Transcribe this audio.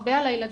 הרבה על הילדים,